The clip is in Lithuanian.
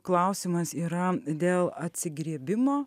klausimas yra dėl atsigriebimo